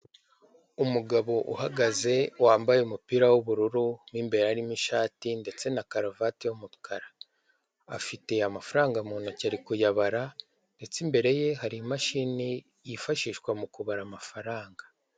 Umugabo uhagaze wambaye umupira w'ubururu mo imbere harimo ishati ndetse na karuvati y'umukara, afite amafaranga mu ntoki ari kuyabara ndetse imbere ye hari imashini yifashishwa mu kubara amafaranga.